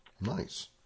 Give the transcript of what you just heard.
Nice